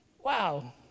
Wow